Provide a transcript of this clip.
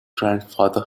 grandfather